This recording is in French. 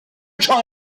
temps